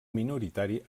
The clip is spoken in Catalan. minoritari